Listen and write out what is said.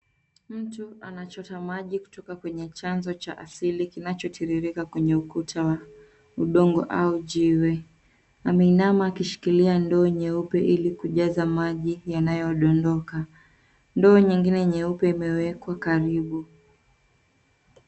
Mtu anachota maji kutoka kwenye chanzo cha asili kinachotiririka kwenye ukuta wa udongo au jiwe. Ameinama akishikilia ndoo nyeupe ili kujaza maji yanayodondoka. Ndoo nyingine nyeupe imewekwa karibu.